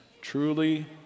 truly